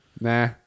Nah